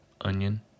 Onion